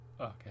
Okay